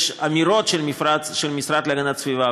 יש אמירות של המשרד להגנת הסביבה,